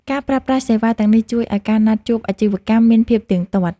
ការប្រើប្រាស់សេវាទាំងនេះ ជួយឱ្យការណាត់ជួបអាជីវកម្មមានភាពទៀងទាត់។